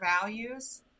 values